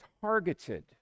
targeted